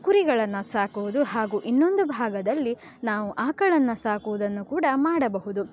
ಕುರಿಗಳನ್ನು ಸಾಕುವುದು ಹಾಗೂ ಇನ್ನೊಂದು ಭಾಗದಲ್ಲಿ ನಾವು ಆಕಳನ್ನು ಸಾಕುವುದನ್ನು ಕೂಡ ಮಾಡಬಹುದು